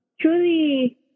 truly